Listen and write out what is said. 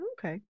okay